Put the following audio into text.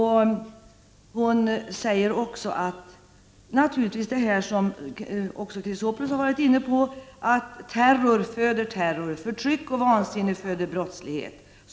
Hon talar också om det som Chrisopoulos var inne på: ”Terror föder ter ror, förtryck och vansinne föder brottslighet.